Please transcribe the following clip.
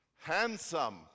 Handsome